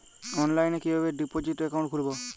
অনলাইনে কিভাবে deposit account খুলবো?